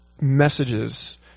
Messages